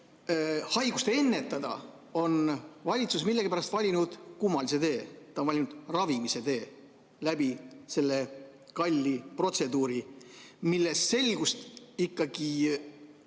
haigust ennetada, on valitsus millegipärast valinud kummalise tee. Ta on valinud ravimise tee läbi selle kalli protseduuri, mille suhtes küsimusi